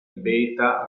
beta